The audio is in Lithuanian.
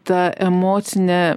ta emocinė